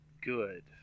good